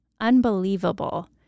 unbelievable